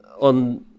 on